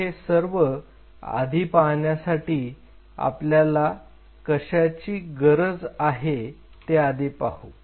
पण हे सर्व आधी पाहण्यासाठी आपल्याला कशाची गरज आहे ते आधी पाहू